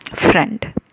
friend